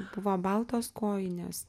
buvo baltos kojinės